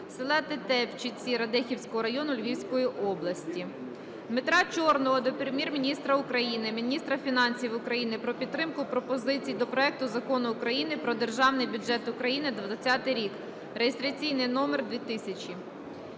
села Тетевчиці Радехівського району Львівської області. Дмитра Чорного до Прем'єр-міністра України, міністра фінансів України про підтримку пропозицій до проекту Закону України "Про Державний бюджет України на 2020 рік", (реєстраційний номер 2000).